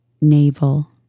navel